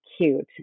cute